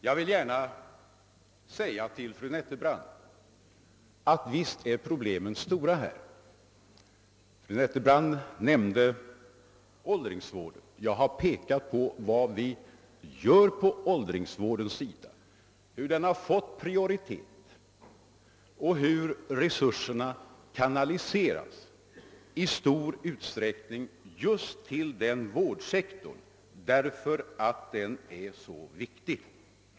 Jag vill gärna hålla med fru Nettelbrandt om att problemen helt visst är stora. Hon nämnde åldringsvården. Jag har framhållit vad vi gör på åldringsvårdens område, den har fått prioritet och resurserna kanaliseras i stor utsträckning just till denna vårdssektor därför att den är så viktig.